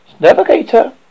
Navigator